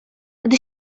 gdy